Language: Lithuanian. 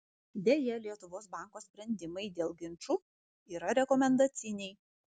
deja lietuvos banko sprendimai dėl ginčų yra rekomendaciniai